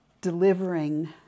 delivering